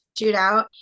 shootout